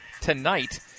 tonight